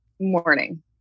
Morning